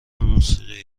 موسیقی